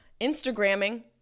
Instagramming